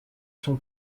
son